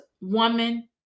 woman